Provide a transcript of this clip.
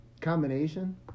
Combination